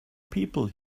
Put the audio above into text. people